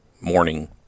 morning